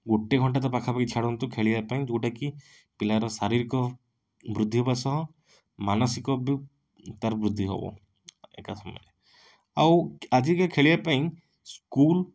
ଗୋଟେ ଘଣ୍ଟା ତ ପାଖାପାଖି ଛାଡ଼ନ୍ତୁ ଖେଳିବା ପାଇଁ ଯେଉଁଟା କି ପିଲାର ଶାରୀରିକ ବୃଦ୍ଧି ହବା ସହ ମାନସିକ ବି ତାର ବୃଦ୍ଧି ହବ ଏକା ସମୟରେ ଆଉ ଆଜିକା ଖେଳିବା ପାଇଁ ସ୍କୁଲ